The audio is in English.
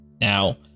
Now